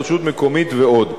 רשות מקומית ועוד.